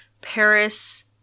Paris